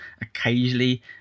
occasionally